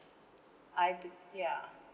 I ya